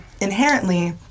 inherently